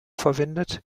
verwendet